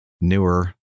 newer